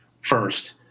first